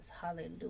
Hallelujah